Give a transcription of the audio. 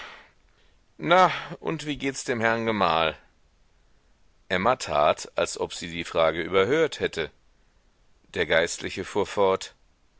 na und wie gehts dem herrn gemahl emma tat als ob sie die frage überhört hätte der geistliche fuhr fort